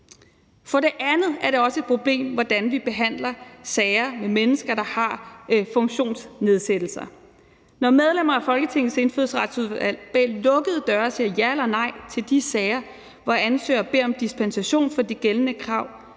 For det andet er det også et problem, hvordan vi behandler sager med mennesker, der har funktionsnedsættelser. Når medlemmer af Folketingets Indfødsretsudvalg bag lukkede døre siger ja eller nej til de sager, hvor ansøger beder om dispensation fra de gældende krav,